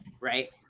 Right